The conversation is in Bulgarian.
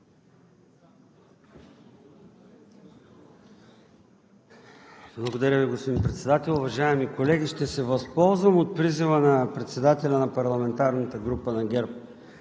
Благодаря Ви, господин Председател. Уважаеми колеги, ще се възползвам от призива на председателя на парламентарната група на ГЕРБ